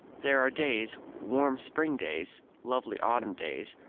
there are days, warm spring days, lovely autumn days,